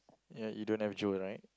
ya you don't have Joe right